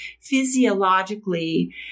physiologically